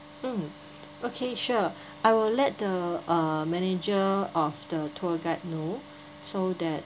mm okay sure I will let the uh manager of the tour guide know so that